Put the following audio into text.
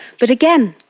but again,